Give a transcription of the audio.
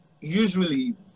Usually